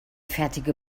fertige